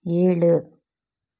ஏழு